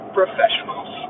professionals